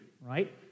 right